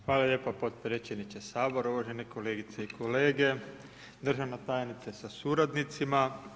Hvala lijepa potpredsjedniče Sabora, uvažene kolegice i kolege, državna tajnice sa suradnicima.